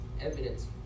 evidence